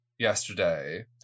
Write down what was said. yesterday